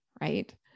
right